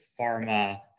pharma